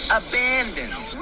abandoned